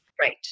Right